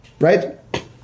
Right